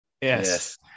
Yes